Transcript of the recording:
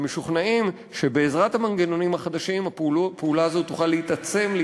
ומשוכנעים שבעזרת המנגנונים החדשים הפעולה הזו תוכל להתעצם,